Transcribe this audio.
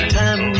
time